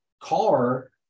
car